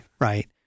right